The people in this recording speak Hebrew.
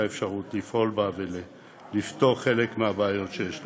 האפשרות לפעול בה ולפתור חלק מהבעיות שיש לנו.